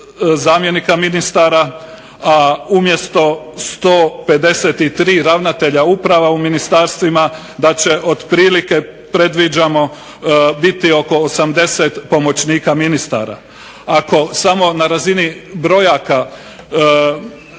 zamjenika ministara, a umjesto 153 ravnatelja uprava u ministarstvima da će otprilike predviđamo biti oko 80 pomoćnika ministara. Ako samo na razini brojaka